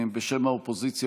בשם האופוזיציה,